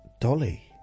Dolly